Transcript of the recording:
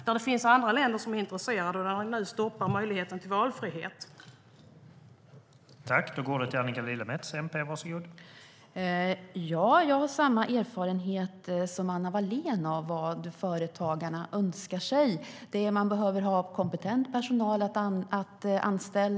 Där finns det andra länder som är intresserade, och nu stoppar man möjligheten till valfrihet.